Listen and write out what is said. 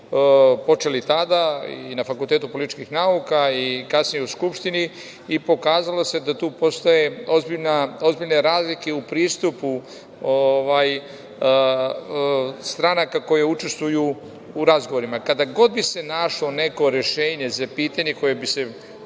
počeli tada i na FPN-u i kasnije u Skupštini, i pokazalo se da tu postoje ozbiljne razlike u pristupu stranaka koje učestvuju u razgovorima. Kada god bi se našlo neko rešenje za pitanje koje bi se,